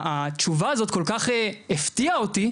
והתשובה הזאת כל כך הפתיעה אותי,